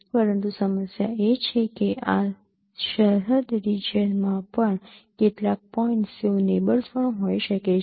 પરંતુ સમસ્યા એ છે કે આ સરહદ રિજિયનમાં પણ કેટલાક પોઇન્ટ્સ તેઓ નેબર્સ પણ હોઈ શકે છે